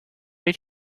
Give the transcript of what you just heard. did